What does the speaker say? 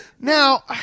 Now